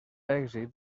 èxit